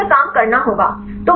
तो आपको उस पर काम करना होगा